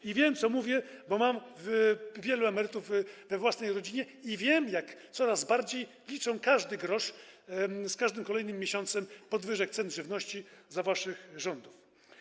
I wiem, co mówię, bo mam wielu emerytów we własnej rodzinie i wiem, jak coraz bardziej liczą każdy grosz z każdym kolejnym miesiącem podwyżek cen żywności za waszych rządów.